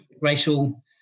racial